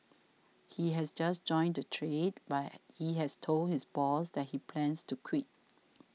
he has just joined the trade but he has told his boss that he plans to quit